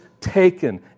taken